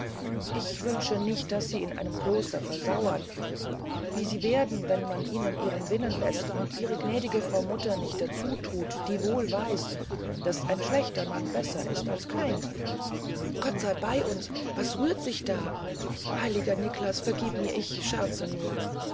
ich wünsche nicht daß sie in einem kloster versauren wie sie werden wenn man ihnen ihren willen läßt und ihre gnädige frau mutter nicht dazu thut die wohl weiß daß ein schlechter mann besser ist als kein mann gott sey bey uns was rührt sich da heiliger niklas vergieb mir ich scherzte nur